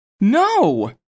No